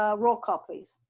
ah roll call please.